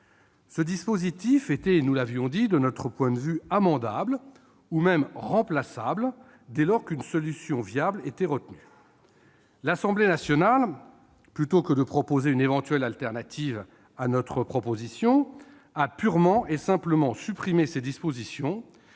Ce dispositif- nous l'avions dit -était de notre point de vue amendable ou même remplaçable, dès lors qu'une solution viable était retenue. L'Assemblée nationale, plutôt que de proposer une éventuelle solution de remplacement, a purement et simplement supprimé ces dispositions,